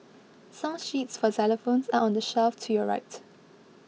song sheets for xylophones are on the shelf to your right